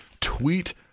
Tweet